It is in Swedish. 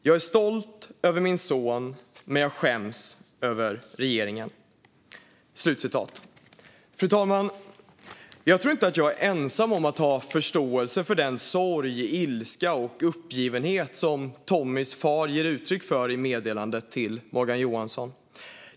Jag är stolt över min son men skäms över regeringen." Fru talman! Jag tror inte att jag är ensam om att ha förståelse för den sorg, ilska och uppgivenhet som Tommies far ger uttryck för i meddelandet till Morgan Johansson.